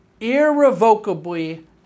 irrevocably